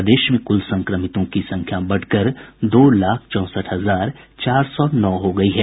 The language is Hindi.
प्रदेश में कुल संक्रमितों की संख्या बढ़कर दो लाख चौंसठ हजार चार सौ नौ हो गयी है